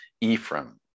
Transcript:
Ephraim